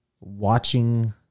watching